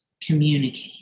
communicate